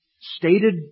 stated